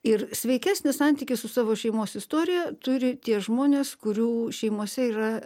ir sveikesnį santykį su savo šeimos istorija turi tie žmonės kurių šeimose yra